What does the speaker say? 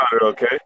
okay